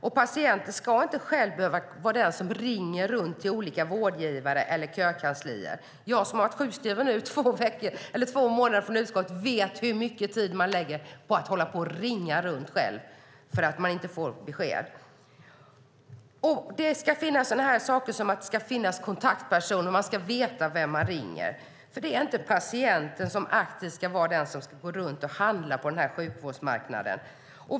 Och patienten ska inte själv behöva vara den som ringer runt till olika vårdgivare eller kökanslier. Jag som har varit sjukskriven i två månader från utskottet vet hur mycket tid man lägger på att hålla på och ringa runt för att man inte får besked. Det ska finnas kontaktpersoner. Man ska veta vem man ringer, för det är inte patienten som aktivt ska vara den som ska gå runt och handla på den här sjukvårdsmarknaden.